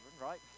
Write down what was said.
right